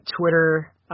Twitter